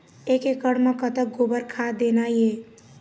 एक एकड़ म कतक गोबर खाद देना ये?